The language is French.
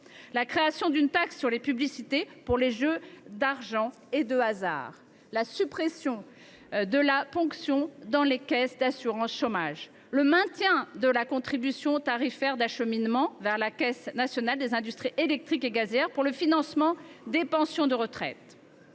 la création d’une taxe sur les publicités pour les jeux d’argent et de hasard, à la suppression de la ponction dans les caisses d’assurance chômage ou encore au maintien de la contribution tarifaire d’acheminement vers la Caisse nationale des industries électriques et gazières pour le financement des pensions de retraite.